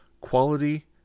Quality